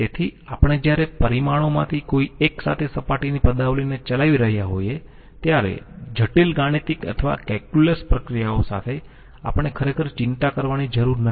તેથી આપણે જ્યારે પરિમાણોમાંથી કોઈ એક સાથે સપાટીની પદાવલિને ચલાવી રહ્યા હોઈએ ત્યારે જટિલ ગાણિતિક અથવા કેલ્ક્યુલસ પ્રક્રિયાઓ સાથે આપણે ખરેખર ચિંતા કરવાની જરૂર નથી હોતી